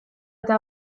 eta